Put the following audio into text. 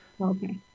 Okay